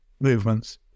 movements